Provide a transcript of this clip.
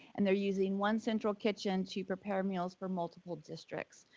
and they're using one central kitchen to prepare meals for multiple districts.